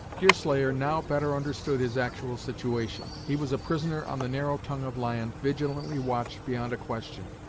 deerslayer now better understood his actual situation. he was a prisoner on the narrow tongue of land, vigilantly watched beyond a question,